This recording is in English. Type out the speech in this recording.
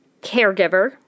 caregiver